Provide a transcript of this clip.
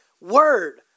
word